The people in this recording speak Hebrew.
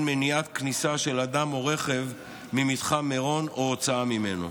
על מניעת כניסה של אדם או רכב ממתחם מירון או יציאה ממנו.